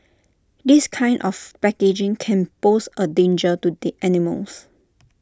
this kind of packaging can pose A danger to the animals